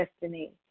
destiny